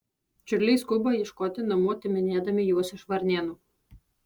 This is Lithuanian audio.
čiurliai skuba ieškoti namų atiminėdami juos iš varnėnų